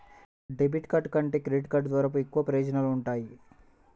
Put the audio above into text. debit card కంటే credit card ద్వారా ఎక్కువ ప్రయోజనాలు వుంటయ్యి